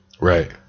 right